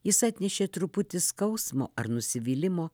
jis atnešė truputį skausmo ar nusivylimo